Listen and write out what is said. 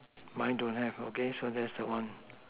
mine don't have okay so that's the one